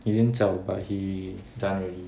he didn't zao but he done already